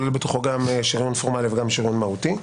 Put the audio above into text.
בתוכו שריון פורמלי ושריון מהותי.